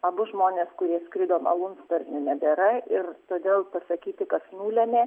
abu žmonės kurie skrido malūnsparniu nebėra ir todėl pasakyti kas nulemia